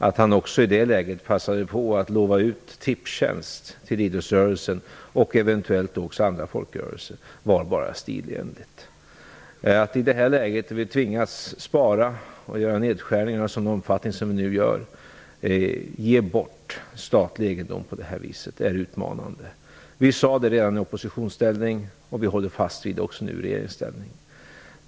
Att han i det läget passade på att lova ut Tipstjänst till idrottsrörelsen och eventuellt också andra folkrörelser var bara stilenligt. Att i detta läge, när vi tvingas spara och göra omfattande nedskärningar, ge bort statlig egendom är utmanande. Vi sade det redan i oppositionsställning, och vi håller fast vid det också i regeringsställning.